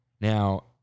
Now